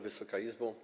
Wysoka Izbo!